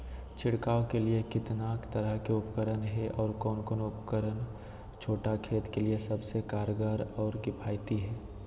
छिड़काव के लिए कितना तरह के उपकरण है और कौन उपकरण छोटा खेत के लिए सबसे कारगर और किफायती है?